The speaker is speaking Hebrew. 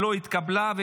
לא התקבלה.